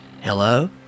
hello